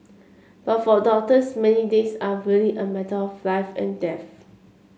but for doctors many days are really a matter of life and death